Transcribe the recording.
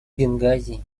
бенгази